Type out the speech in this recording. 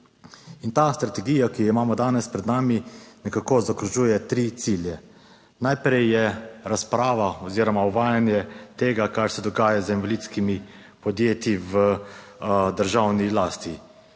In ta strategija, ki jo imamo danes pred nami nekako zaokrožuje tri cilje. Najprej je razprava oziroma uvajanje tega, kar se dogaja z invalidskimi podjetji v državni lasti